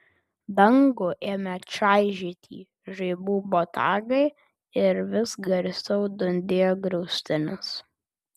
dangų ėmė čaižyti žaibų botagai ir vis garsiau dundėjo griaustinis